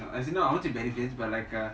as in I would not say benifits but like um